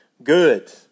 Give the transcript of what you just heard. Good